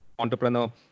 entrepreneur